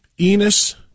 Enos